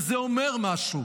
זה אומר משהו,